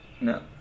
No